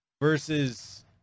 versus